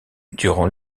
durant